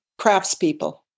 craftspeople